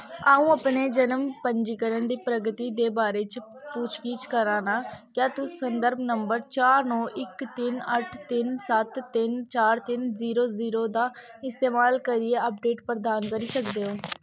आ'ऊं अपने जनम पंजीकरण दी प्रगति दे बारे च पुच्छ गिच्छ करा ना क्या तुस संदर्भ नंबर चार नौ इक तिन्न अट्ठ तिन्न सत्त तिन्न चार तिन्न जीरो जीरो दा इस्तेमाल करियै अपडेट प्रदान करी सकदे ओ